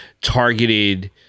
targeted